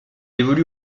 évolue